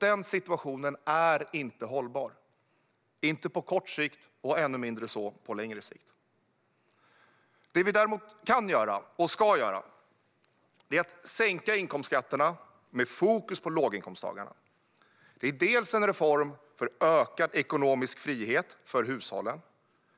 Den situationen är inte hållbar - inte på kort sikt och ännu mindre på längre sikt. Det vi däremot kan och ska göra är att sänka inkomstskatterna med fokus på låginkomsttagarna. Det är en reform för ökad ekonomisk frihet för hushållen,